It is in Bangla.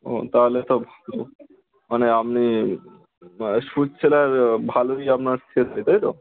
ও তাহলে তো ভালো মানে আপনি শু সেলার ভালোই আপনার সেল হয় তাই তো